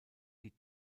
die